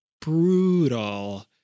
brutal